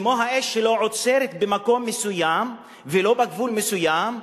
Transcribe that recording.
כמו האש, שלא עוצרת במקום מסוים ולא בגבול מסוים,